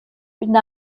une